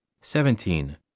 seventeen